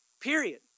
Period